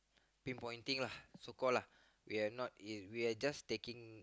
pinpointing lah so call lah we're not is we're just taking